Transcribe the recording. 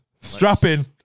Strapping